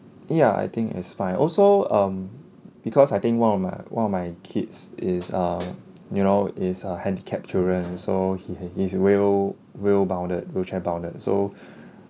ya I think is fine also um because I think one of my one of my kids is a you know is a handicapped children so he ha~ he's wheel wheel bounded wheelchair bounded so